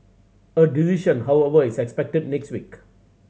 a decision however is expected next week